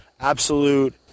absolute